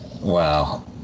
Wow